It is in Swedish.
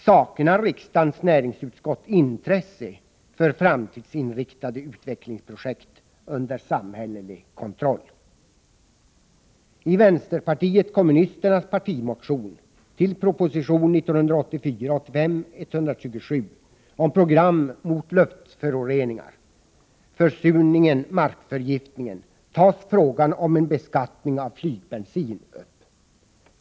Saknar riksdagens näringsutskott intresse för framtidsinriktade utvecklingsprojekt under samhällelig kontroll? I vänsterpartiet kommunisternas partimotion med anledning av proposition 1984/85:127 om program mot luftföroreningar, försurning och markförgiftning tas frågan om en beskattning av flygbensin upp.